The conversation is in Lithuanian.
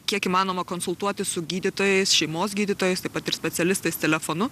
kiek įmanoma konsultuotis su gydytojais šeimos gydytojais taip pat ir specialistais telefonu